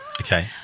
Okay